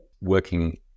working